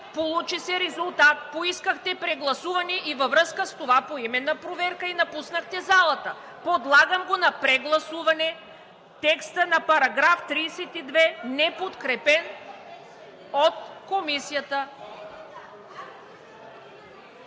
получи се резултат, поискахте прегласуване и във връзка с това поименна проверка, и напуснахте залата. Подлагам на прегласуване текста на § 32, неподкрепен от Комисията.